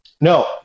no